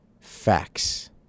facts